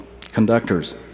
conductors